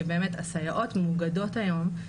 שבאמת הסייעות מאוגדות היום,